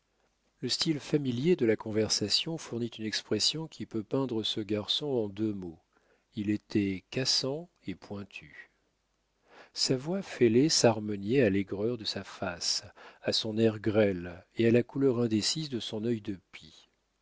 le style familier de la conversation fournit une expression qui peut peindre ce garçon en deux mots il était cassant et pointu sa voix fêlée s'harmoniait à l'aigreur de sa face à son air grêle et à la couleur indécise de son œil de pie